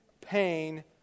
pain